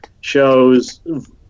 shows